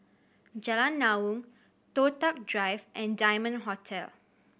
Jalan Naung Toh Tuck Drive and Diamond Hotel